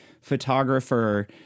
photographer